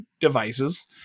devices